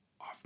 off